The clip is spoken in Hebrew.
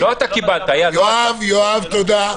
יואב, תודה.